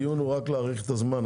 הדיון הוא רק להאריך את הזמן.